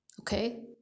Okay